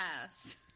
past